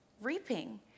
reaping